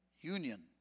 union